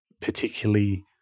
particularly